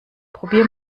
probier